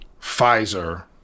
Pfizer